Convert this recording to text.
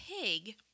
Pig